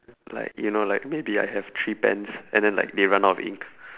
like you know like maybe I have three pens and then like they run out of ink